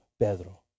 Pedro